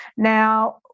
Now